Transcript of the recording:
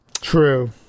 True